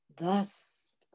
Thus